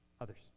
others